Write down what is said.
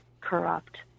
corrupt